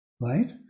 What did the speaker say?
right